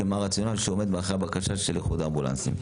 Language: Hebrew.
הרציונל שעומד מאחורי הבקשה של איחוד האמבולנסים.